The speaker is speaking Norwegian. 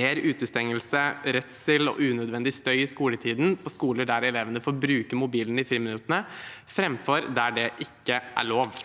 mer utestengelse, redsel og unødvendig støy i skoletiden på skoler der elevene får bruke mobilen i friminuttene framfor der det ikke er lov.